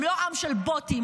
הם לא עם של בוטים,